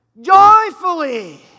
joyfully